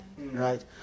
Right